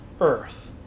earth